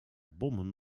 bommen